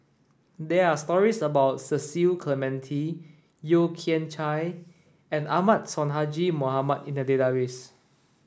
there are stories about Cecil Clementi Yeo Kian Chai and Ahmad Sonhadji Mohamad in the database